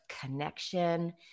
connection